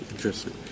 Interesting